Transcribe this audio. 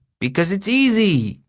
because it's easy,